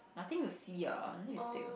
I think the sea ah need to take